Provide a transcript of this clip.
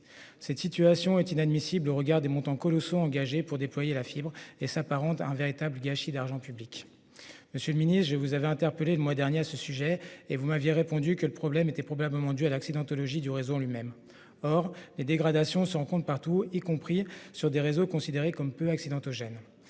Cette situation est inadmissible au regard des montants colossaux engagés pour déployer la fibre et entraîne un véritable gâchis d'argent public. Monsieur le ministre, je vous ai interpellé le mois dernier à ce sujet. Vous m'aviez alors répondu que le problème était probablement dû à l'accidentologie du réseau en lui-même. Or les dégradations existent partout, y compris sur des réseaux considérés comme peu accidentogènes.